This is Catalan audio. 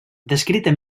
descrita